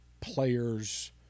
players